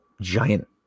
giant